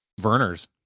Verners